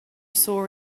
saw